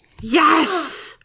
Yes